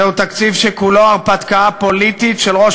זהו תקציב שכולו הרפתקה פוליטית של ראש